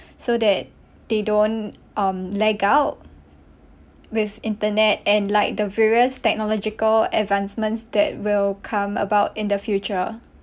so that they don't um lag out with internet and like the various technological advancements that will come about in the future